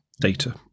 data